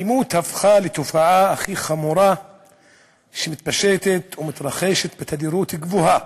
האלימות הפכה לתופעה הכי חמורה שמתפשטת ומתרחשת בתדירות גבוהה,